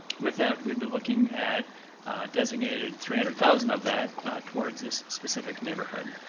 with that, we'd be looking at designated three hundred thousand of that towards this specific neighborhood.